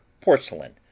porcelain